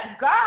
God